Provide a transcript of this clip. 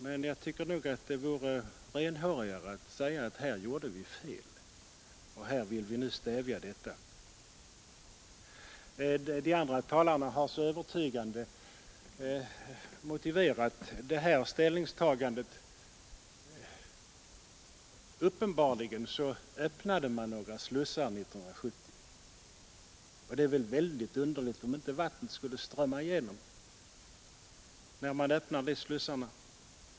Men jag tycker nog att det vore renhårigare att säga att här gjorde vi fel, och nu vill vi rätta till det. De andra talarna har så övertygande motiverat sina påståenden. Uppenbarligen öppnade man några slussar 1970, och det vore väl underligt om inte vattnet skulle strömma igenom när man öppnar slussar.